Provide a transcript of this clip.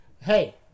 Hey